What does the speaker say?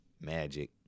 magic